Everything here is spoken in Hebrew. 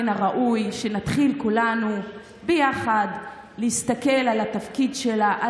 מן הראוי שנתחיל כולנו ביחד להסתכל על התפקיד שלה,